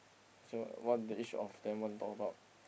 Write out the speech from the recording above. so one day each off then want talk about